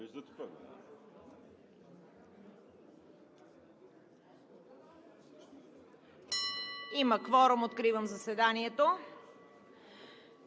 Има кворум, откривам заседанието.